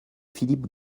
philippe